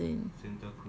seven thousand